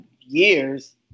years